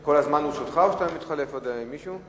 כל הזמן לרשותך, או שאתה מתחלף עוד עם מישהו?